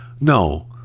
No